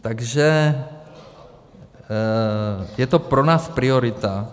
Takže je to pro nás priorita.